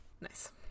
Nice